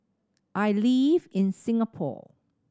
I live in Singapore